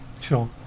sure